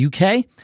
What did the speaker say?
UK